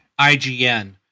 IGN